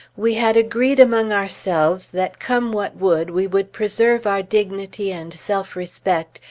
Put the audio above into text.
we had agreed among ourselves that come what would, we would preserve our dignity and self-respect,